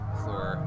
floor